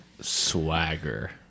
swagger